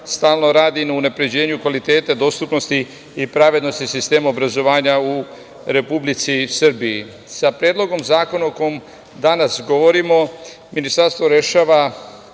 stalno radi na unapređenju kvaliteta dostupnosti i pravednosti sistema obrazovanja u Republici Srbiji. Sa Predlogom zakona o kojem danas govorimo Ministarstvo rešava